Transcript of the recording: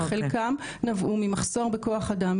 שחלקם נבעו ממחסור בכוח אדם,